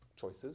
choices